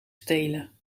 stelen